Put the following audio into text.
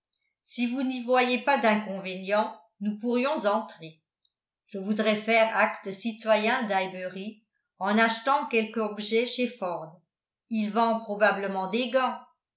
si vous n'y voyez pas d'inconvénient nous pourrions entrer je voudrais faire acte de citoyen d'highbury en achetant quelqu'objet chez ford il vend probablement